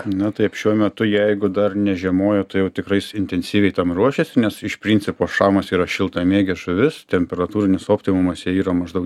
na taip šiuo metu jeigu dar nežiemojo tai jau tikrais intensyviai tam ruošiasi nes iš principo šamas yra šiltamiegė žuvis temperatūrinis optimumas jai yra maždaug